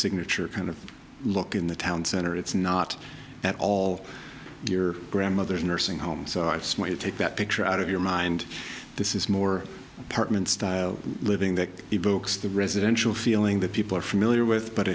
signature kind of look in the town center it's not at all your grandmother's nursing home so i take that picture out of your mind this is more apartment style living that evokes the residential feeling that people are familiar with but